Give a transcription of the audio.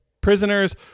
prisoners